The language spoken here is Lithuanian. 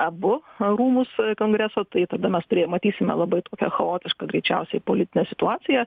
abu rūmus kongreso tai tada mes matysime labai tokią chaotišką greičiausiai politinę situaciją